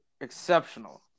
exceptional